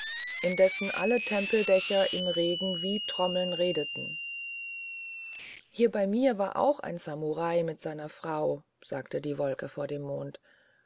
indessen alle tempeldächer im regen wie trommeln redeten hier bei mir war auch ein samurai mit seiner frau sagte die wolke vor dem mond